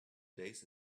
days